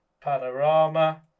Panorama